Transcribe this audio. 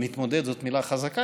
מתמודד זאת מילה חזקה,